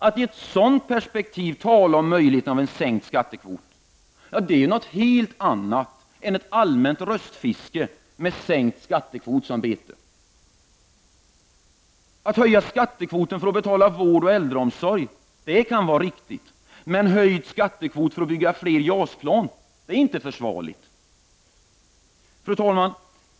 Att i ett sådant perspektiv tala om möj 13 juni 1990 ligheten av en sänkt skattekvot, det är något helt annat än ett allmänt röst fiske med sänkt skattekvot som bete. FR ER Att man höjer skattekvoten för att betala vård och äldreomsorg kan vara OR AA företagsbeskattning riktigt. Men att man höjer skattekvoten för att bygga fler JAS-plan är inte försvarligt. Fru talman!